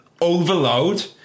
overload